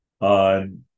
on